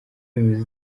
bimeze